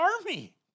army